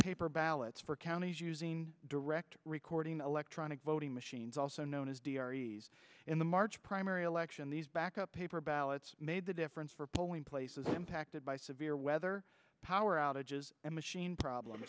paper ballots for counties using direct recording electronic voting machines also known as in the march primary election these backup paper ballots made the difference for polling places impacted by severe weather power outages and machine problem